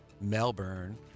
Melbourne